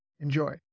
Enjoy